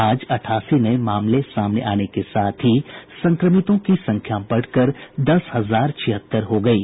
आज अठासी नये मामले सामने आने के साथ ही संक्रमितों की संख्या बढ़कर दस हजार छिहत्तर हो गयी